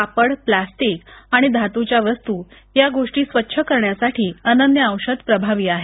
कापड प्लास्टिक आणि धातूच्या वस्तू या गोष्टी स्वच्छ करण्यासाठी अनन्या औषध प्रभावी आहे